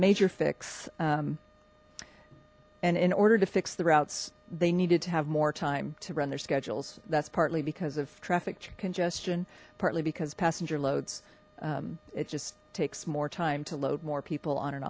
major fix and in order to fix the routes they needed to have more time to run their schedules that's partly because of traffic congestion partly because passenger loads it just takes more time to load more people on and